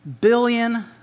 billion